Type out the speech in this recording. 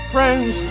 Friends